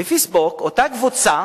ב"פייסבוק" אותה קבוצה